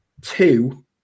Two